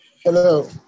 Hello